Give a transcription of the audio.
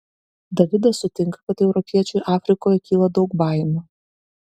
davidas sutinka kad europiečiui afrikoje kyla daug baimių